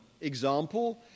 example